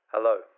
Hello